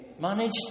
managed